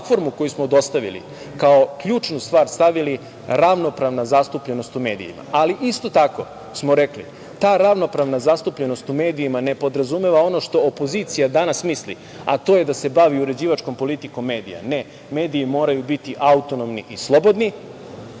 platformu koju smo dostavili, kao ključnu stvar stavili ravnopravno na zastupljenost u medijima, ali isto tako smo rekli ta ravnopravna zastupljenost u medijima ne podrazumeva ono što opozicija danas misli, a to je da se bavi uređivačkom politikom medija. Ne, mediji moraju biti autonomni i slobodni.